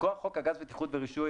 מכוח חוק הגז (בטיחות ורישוי),